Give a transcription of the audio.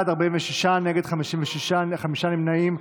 הצבעה.